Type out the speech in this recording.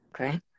Okay